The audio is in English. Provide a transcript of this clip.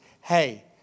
hey